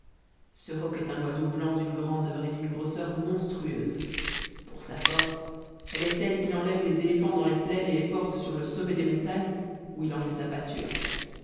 ce roc est un oiseau blanc d'une grandeur et d'une grosseur monstrueuse pour sa force elle est telle qu'il enlève les éléphants dans les plaines et les porte sur le sommet des montagnes où il en fait sa pâture